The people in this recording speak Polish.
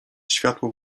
światło